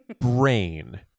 brain